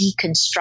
deconstruct